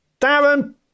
Darren